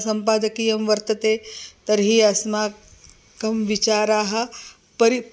सम्पादकीयं वर्तते तर्हि अस्माकं विचाराः परि